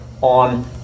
on